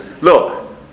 Look